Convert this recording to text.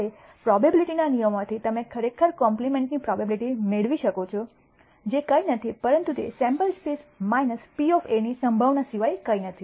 હવે પ્રોબેબીલીટી ના નિયમોમાંથી તમે ખરેખર કોમ્પ્લીમેન્ટની પ્રોબેબીલીટી મેળવી શકો છોજે કંઈ નથી પરંતુ તે સેમ્પલ સ્પેસ P ની સંભાવના સિવાય કંઈ નથી